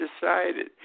decided